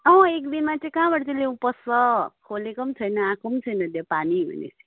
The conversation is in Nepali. अँ एकदिनमा चाहिँ कहाँबाट चाहिँ लेउ पस्छ खोलेको पनि छैन आएको पनि छैन त्यो पानी भने